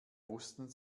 wussten